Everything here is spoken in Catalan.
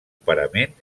parament